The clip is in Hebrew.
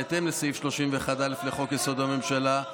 בהתאם לסעיף 31(א) לחוק-יסוד: הממשלה,